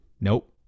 Nope